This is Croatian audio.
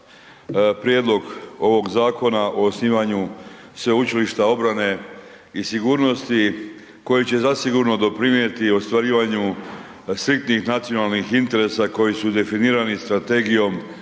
prijedlog ovog Zakona o osnivanju Sveučilišta obrane i sigurnosti koje će zasigurno doprinijeti ostvarivanju svih tih nacionalnih interesa koji su definirani Strategijom